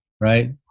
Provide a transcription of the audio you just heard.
Right